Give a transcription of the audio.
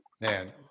Man